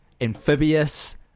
amphibious